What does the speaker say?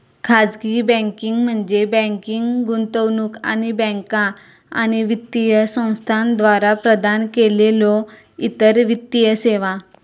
खाजगी बँकिंग म्हणजे बँकिंग, गुंतवणूक आणि बँका आणि वित्तीय संस्थांद्वारा प्रदान केलेल्यो इतर वित्तीय सेवा